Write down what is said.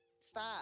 stop